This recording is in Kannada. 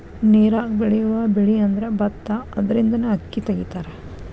ನೇರಾಗ ಬೆಳಿಯುವ ಬೆಳಿಅಂದ್ರ ಬತ್ತಾ ಅದರಿಂದನ ಅಕ್ಕಿ ತಗಿತಾರ